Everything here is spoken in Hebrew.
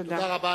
תודה.